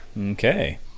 Okay